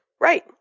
Right